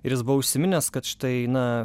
ir jis buvo užsiminęs kad štai na